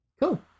cool